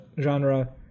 genre